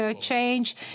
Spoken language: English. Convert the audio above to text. change